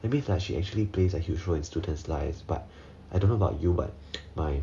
that means like she actually plays a huge role in students' lives but I don't know about you but my